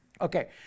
Okay